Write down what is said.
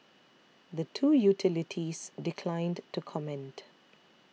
the two utilities declined to comment